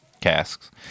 casks